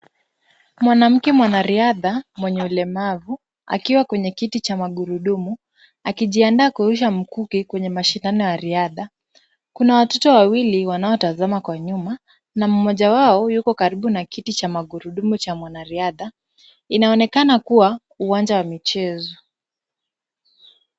Mwanamke mwanariadha mwenye ulemavu, akiwa kwenye kiti cha magurudumu akijiandaa kurusha mkuki kwenye mashindano ya riadha . Kuna watoto wawili wanaotazama kwa nyuma na mmoja wao yuko karibu na kiti cha magurudumu cha mwanariadha. Inaonekana kuwa ni uwanja wa michezo.